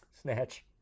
Snatch